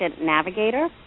navigator